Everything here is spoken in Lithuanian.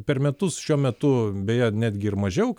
per metus šiuo metu beje netgi ir mažiau